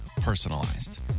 Personalized